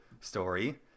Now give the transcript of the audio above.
story